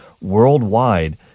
Worldwide